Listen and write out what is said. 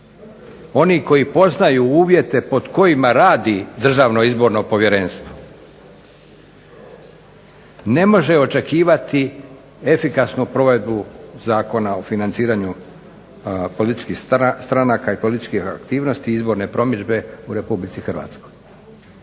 Oni koji poznaju uvjete pod kojima radi Državno izborno povjerenstvo ne može očekivati efikasnu provedbu Zakona o financiranju političkih stranaka i političkih aktivnosti izborne promidžbe u Republici Hrvatskoj.